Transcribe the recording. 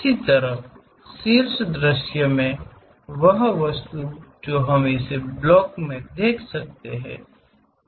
इसी तरह शीर्ष दृश्य में वह वस्तु जो हम इस ब्लॉक में देख सकते हैं